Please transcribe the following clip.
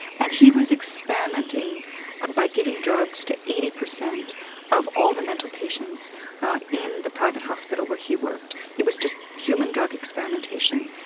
and he was experimenting by giving drugs to eighty per cent of all the mental patients in the private hospital where he worked. it was just human drug experimentation.